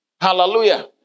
Hallelujah